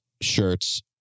shirts